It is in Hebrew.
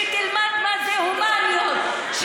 שתלמד מה זה הומניות,